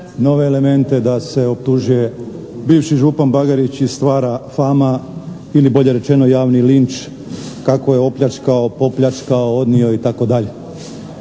nove elemente da se optužuje bivši župan Bagarić i stvara fama ili bolje rečeno javni linč kako je opljačkao, popljačkao, odnio, itd.